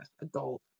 adult